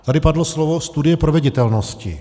Tady padlo slovo studie proveditelnosti.